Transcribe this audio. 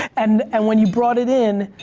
and and when you brought it in,